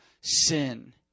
sin